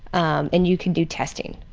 um and you can do testing.